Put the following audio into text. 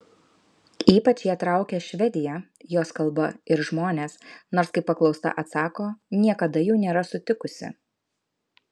ypač ją traukia švedija jos kalba ir žmonės nors kaip paklausta atsako niekada jų nėra sutikusi